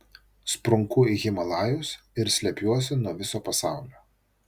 sprunku į himalajus ir slepiuosi nuo viso pasaulio